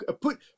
Put